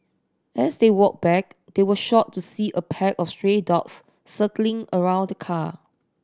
as they walked back they were shocked to see a pack of stray dogs circling around the car